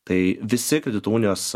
tai visi kredito unijos